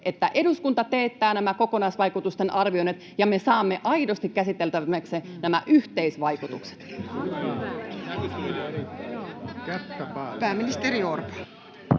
että eduskunta teettää nämä kokonaisvaikutusten arvioinnit ja me saamme aidosti käsiteltäväksemme nämä yhteisvaikutukset?